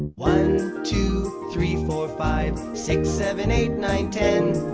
one two three four five, six seven eight nine ten.